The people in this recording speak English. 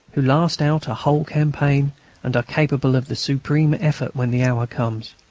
who last out a whole campaign and are capable of the supreme effort when the hour comes.